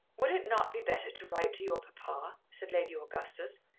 would it not be better to write to your papa? said lady augustus,